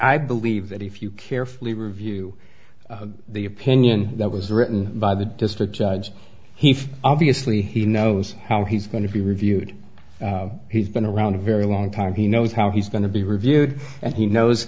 believe that if you carefully review the opinion that was written by the district judge he obviously he knows how he's going to be reviewed he's been around a very long time he knows how he's going to be reviewed and he knows